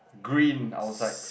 green outside